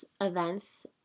events